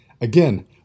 Again